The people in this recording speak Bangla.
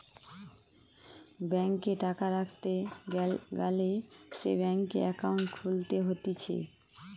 ব্যাংকে টাকা রাখতে গ্যালে সে ব্যাংকে একাউন্ট খুলতে হতিছে